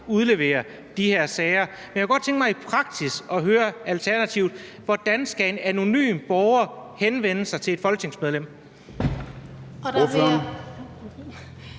udlevere de her sager. Men jeg kunne godt tænke mig at høre Alternativet: Hvordan skal en anonym borger i praksis henvende sig til et folketingsmedlem?